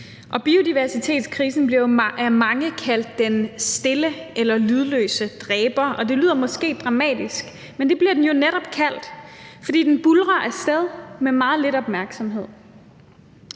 biodiversitetskrisen bliver af mange kaldt den stille eller lydløse dræber. Det lyder måske dramatisk, men det bliver den jo netop kaldt, fordi den buldrer af sted med meget lidt opmærksomhed.